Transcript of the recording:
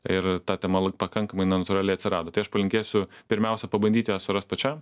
ir ta tema pakankamai na natūraliai atsirado tai aš palinkėsiu pirmiausia pabandyti ją surast pačiam